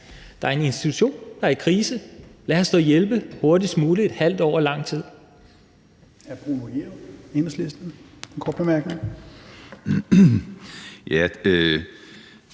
der er en institution, der er i krise. Lad os dog hjælpe hurtigst muligt. Et halvt år er lang tid.